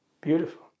Beautiful